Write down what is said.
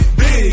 big